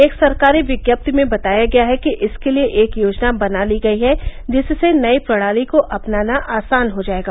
एक सरकारी विज्ञप्ति में बताया गया है कि इसके लिए एक योजना बना ली गई है जिससे नई प्रणाली को अपनाना आसान हो जायेगा